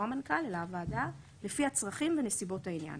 לא המנכ"ל אלא הוועדה "לפי הצרכים ונסיבות העניין,